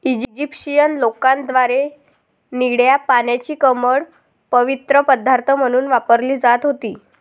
Egyptian लोकांद्वारे निळ्या पाण्याची कमळ पवित्र पदार्थ म्हणून वापरली जात होती